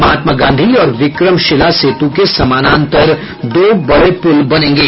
महात्मा गांधी और विक्रमशिला सेतु के समानांतर दो बड़े पुल बनेंगे